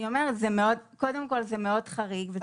אני אומרת, קודם כל זה מאוד חריג.